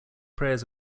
prayers